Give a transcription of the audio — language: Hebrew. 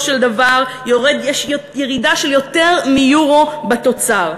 של דבר יש ירידה של יותר מיורו בתוצר.